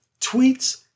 tweets